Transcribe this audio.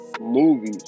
movies